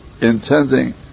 intending